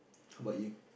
how about you